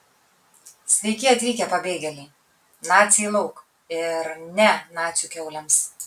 sveiki atvykę pabėgėliai naciai lauk ir ne nacių kiaulėms